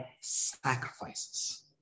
sacrifices